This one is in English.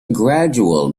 gradual